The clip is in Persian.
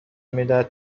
میدهد